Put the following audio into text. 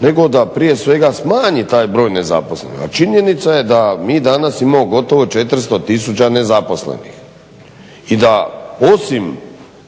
nego da prije svega smanji taj broj nezaposlenih. A činjenica je da mi danas imamo gotovo 400000 nezaposlenih i da osim